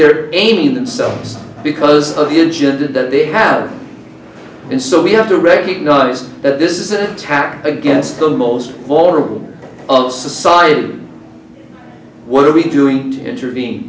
they're eighteen themselves because of the engine did that they have and so we have to recognize that this is an attack against the most vulnerable of society what are we doing to intervene